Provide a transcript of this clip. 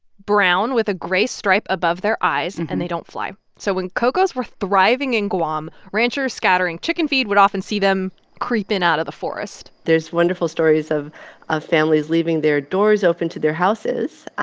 brown with a gray stripe above their eyes, and and they don't fly. so when ko'ko's were thriving in guam, ranchers scattering chicken feed would often see them creep in out of the forest there's wonderful stories of of families leaving their doors open to their houses, ah